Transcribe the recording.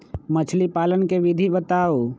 मछली पालन के विधि बताऊँ?